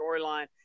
storyline